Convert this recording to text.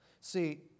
See